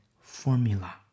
formula